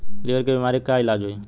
Liver के बीमारी के का इलाज होई?